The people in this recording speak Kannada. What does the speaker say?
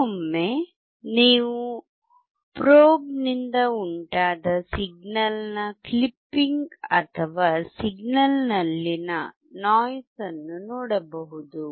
ಕೆಲವೊಮ್ಮೆ ನೀವು ಪ್ರೋಬ್ ನಿಂದ ಉಂಟಾದ ಸಿಗ್ನಲ್ನ ಕ್ಲಿಪಿಂಗ್ ಅಥವಾ ಸಿಗ್ನಲ್ನಲ್ಲಿನ ನೋಯ್ಸ್ ಅನ್ನು ನೋಡಬಹುದು